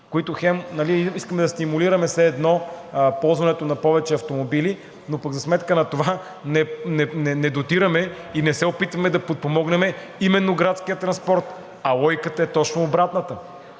които хем искаме да стимулираме ползването на повече автомобили, но пък за сметка на това не дотираме и не се опитваме да подпомогнем именно градския транспорт, а логиката е точно обратната,